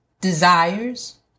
desires